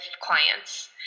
clients